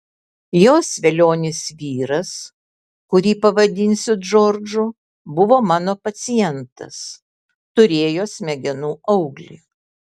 jos velionis vyras kurį pavadinsiu džordžu buvo mano pacientas turėjo smegenų auglį